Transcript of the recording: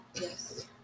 Yes